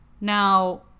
Now